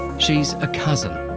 she's a cousin.